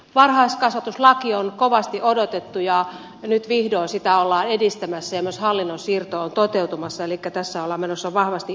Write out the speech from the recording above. varhaiskasvatuslakia on kovasti odotettu ja nyt vihdoin sitä ollaan edistämässä ja myös hallinnon siirto on toteutumassa elikkä tässä ollaan menossa vahvasti eteenpäin